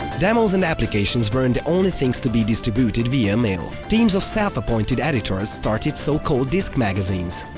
demos and applications weren't the only things to be distributed via mail. teams of self-appointed editors started so-called diskmagazines.